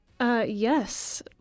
Yes